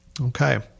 okay